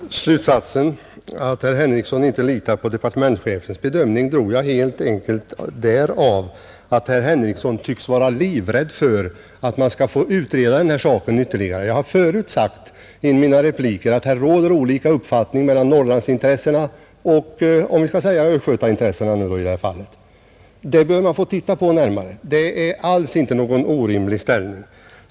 Herr talman! Slutsatsen att herr Henrikson inte litar på departementschefens bedömning drog jag helt enkelt därav att herr Henrikson tycks vara livrädd för att man skall få utreda den här saken ytterligare. Jag har förut sagt i mina repliker att här råder olika uppfattningar mellan Norrlandsintressena och — om vi så skall säga — östgötaintressena i det här fallet. Det bör man få titta närmare på — det är alls inte något orimligt ställningstagande.